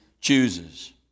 chooses